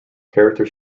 character